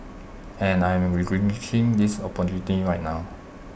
and I am this opportunity right now